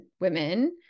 women